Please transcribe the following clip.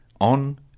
on